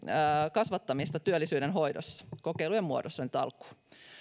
kasvattamista työllisyydenhoidossa kokeilujen muodossa nyt alkuun